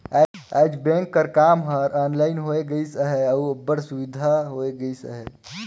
आएज बेंक कर काम हर ऑनलाइन होए गइस अहे अउ अब्बड़ सुबिधा होए गइस अहे